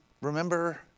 remember